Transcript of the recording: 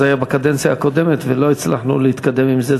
זה היה בקדנציה הקודמת ולא הצלחנו להתקדם עם זה,